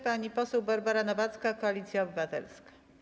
Pani poseł Barbara Nowacka, Koalicja Obywatelska.